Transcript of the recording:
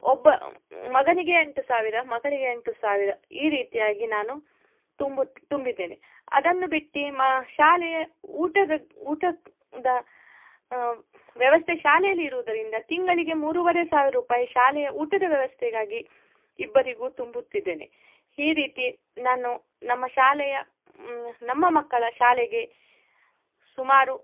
ಒಬ್ಬ ಮಗನಿಗೆ ಎಂಟು ಸಾವಿರ ಮಗಳಿಗೆ ಎಂಟು ಸಾವಿರ ಈ ರೀತಿಯಾಗಿ ನಾನು ತುಂಬು ತುಂಬಿದ್ದೇನೆ ಅದನ್ನು ಬಿಟ್ಟು ಮ ಶಾಲೆಯ ಊಟದ ಊಟ ದ ವ್ಯವಸ್ಥೆ ಶಾಲೆಯಲ್ಲಿ ಇರುವುದರಿಂದ ತಿಂಗಳಿಗೆ ಮೂರುವರೆ ಸಾವಿರ ರೂಪಾಯಿ ಶಾಲೆಯ ಊಟದ ವ್ಯವಸ್ಥೆಗಾಗಿ ಇಬ್ಬರಿಗೂ ತುಂಬುತ್ತಿದ್ದೇನೆ ಈ ರೀತಿ ನಾನು ನಮ್ಮ ಶಾಲೆಯ ನಮ್ಮ ಮಕ್ಕಳ ಶಾಲೆಗೆ ಸುಮಾರು